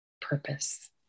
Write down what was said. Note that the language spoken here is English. purpose